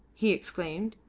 he exclaimed.